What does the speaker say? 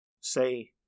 Say